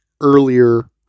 earlier